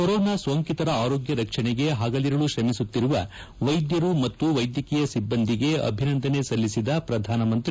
corona ಸೋಂಕಿತರ ಆರೋಗ್ಯ ರಕ್ಷಣೆಗೆ ಹಗಲಿರುಳು ಶ್ರಮಿಸುತ್ತಿರುವ ವೈದ್ಯರು ಮತ್ತು ವೈದ್ಯಕೀಯ ಸಿಬ್ಬಂದಿಗೆ ಅಭಿನಂದನೆ ಸಲ್ಲಿಸಿದ ಪ್ರಧಾನಮಂತ್ರಿ